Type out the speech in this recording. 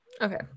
Okay